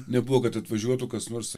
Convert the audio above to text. nebuvo kad atvažiuotų kas nors